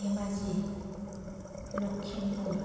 Dhemaji Lakhimpur